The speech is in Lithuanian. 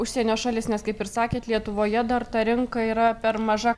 užsienio šalis nes kaip ir sakėt lietuvoje dar ta rinka yra per maža